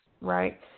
right